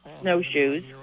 snowshoes